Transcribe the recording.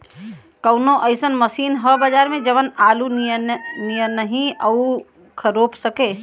कवनो अइसन मशीन ह बजार में जवन आलू नियनही ऊख रोप सके?